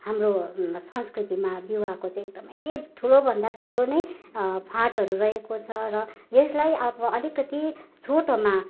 हाम्रो संस्कृतिमा विवाहको चाहिँ एकदम ठुलो भन्दा ठुलो नै फाँटहरू रहेको छ र यसलाई अब अलिकति छोटोमा